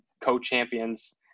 co-champions